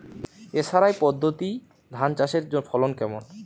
SRI পদ্ধতি ধান চাষের ফলন কেমন?